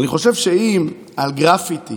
אני חושב שאם על גרפיטי